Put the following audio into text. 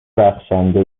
بخشنده